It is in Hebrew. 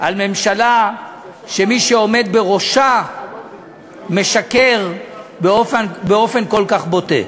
על ממשלה שמי שעומד בראשה משקר באופן כל כך בוטה.